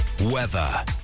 Weather